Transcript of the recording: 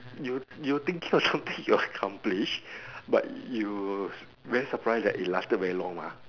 you you thinking of something you accomplish but you very surprised that it lasted very long mah